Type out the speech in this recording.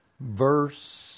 Verse